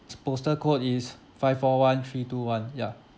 postal code is five four one three two one ya